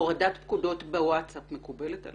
הורדת פקודות בווטסאפ מקובלת עליך?